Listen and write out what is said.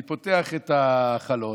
אני פותח את החלון,